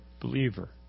believer